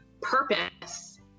purpose